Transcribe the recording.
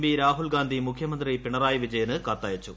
P Rahul Gandhi മുഖ്യമന്ത്രി പിണറായി വിജയന് കത്തയച്ചു